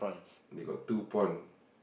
they got two pond